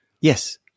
Yes